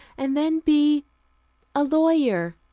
and then be a lawyer.